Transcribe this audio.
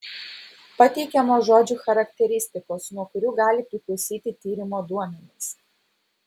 pateikiamos žodžių charakteristikos nuo kurių gali priklausyti tyrimo duomenys